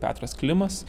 petras klimas